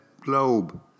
globe